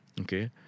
Okay